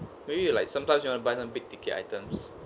maybe you like sometimes you want to buy some big ticket items